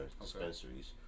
dispensaries